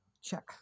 check